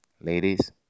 Ladies